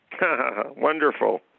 Wonderful